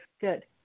good